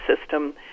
system